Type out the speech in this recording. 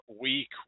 week